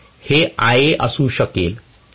हे Ia3 असू शकेल